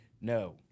No